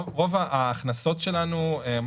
נכון.